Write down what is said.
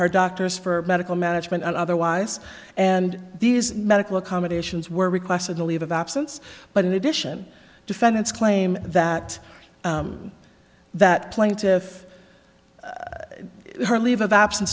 her doctors for medical management and otherwise and these medical accommodations were requested a leave of absence but in addition defendants claim that that plaintiff her leave of absence